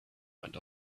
went